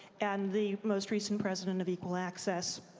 and the most recent president of equal access.